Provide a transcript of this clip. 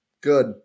good